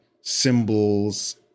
symbols